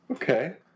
Okay